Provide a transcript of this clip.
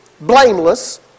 blameless